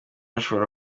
ashobora